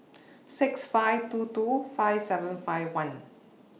six five two two five seven five one